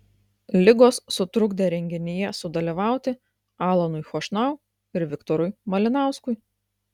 ligos sutrukdė renginyje sudalyvauti alanui chošnau ir viktorui malinauskui